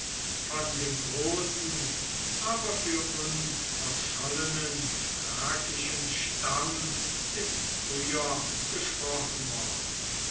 von dem großen aber für uns verschollenen thrakischen stamm ist früher gesprochen worden